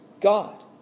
God